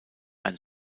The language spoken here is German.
ein